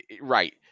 right